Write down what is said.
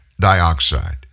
dioxide